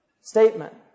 statement